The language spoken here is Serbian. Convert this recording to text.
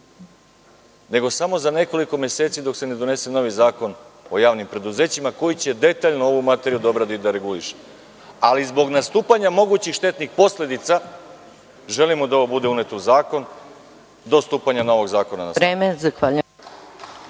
nego samo za nekoliko meseci dok se ne donese novi Zakon o javnim preduzećima, koji će detaljno ovu materiju da obradi i reguliše. Zbog nastupanja mogućih štetnih posledica želimo da ovo bude uneto u zakon do stupanja novog zakona na snagu.